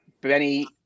Benny